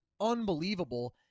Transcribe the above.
unbelievable